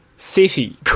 city